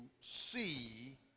see